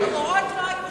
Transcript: המורות לא היו שמנות,